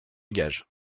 gage